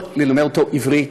ללמד אותו עברית,